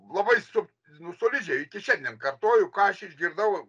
labai su nu solidžiai iki šiandien kartoju ką aš išgirdau